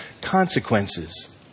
consequences